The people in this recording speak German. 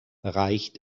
reicht